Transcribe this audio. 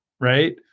right